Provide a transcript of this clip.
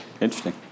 Interesting